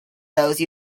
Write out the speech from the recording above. those